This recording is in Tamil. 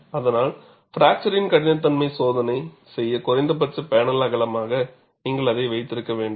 அதனால் பிராக்சரின் கடினத்தன்மை சோதனை செய்ய குறைந்தபட்ச பேனல் அகலமாக நீங்கள் அதை வைத்திருக்க வேண்டும்